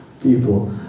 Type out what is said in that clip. people